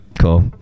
Cool